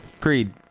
Creed